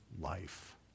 life